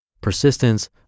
Persistence